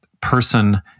person